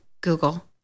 Google